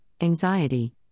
anxiety